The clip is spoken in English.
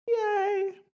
Yay